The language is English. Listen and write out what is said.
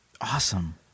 Awesome